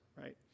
right